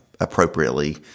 appropriately